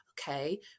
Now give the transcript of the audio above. okay